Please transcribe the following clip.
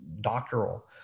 doctoral